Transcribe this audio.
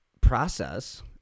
process